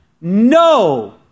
no